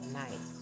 night